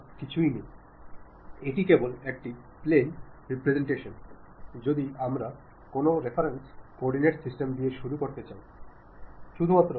ആശയവിനിമയം നടത്തുക എന്നതിനർത്ഥം ഒരു ആശയം ആഗ്രഹം അല്ലെങ്കിൽ പ്രതീക്ഷകൾ പ്രകടിപ്പിക്കുക എന്നതാണ്